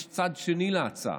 יש צד שני להצעה,